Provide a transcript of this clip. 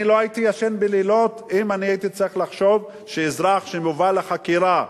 אני לא הייתי ישן בלילות אם הייתי צריך לחשוב שאזרח שמובל לחקירה,